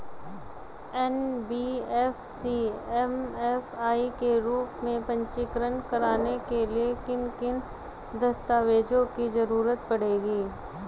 NBFC MFI के रूप में पंजीकृत कराने के लिए किन किन दस्तावेजों की जरूरत पड़ेगी?